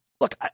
Look